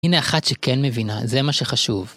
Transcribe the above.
הנה אחת שכן מבינה, זה מה שחשוב.